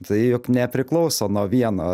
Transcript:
tai juk nepriklauso nuo vieno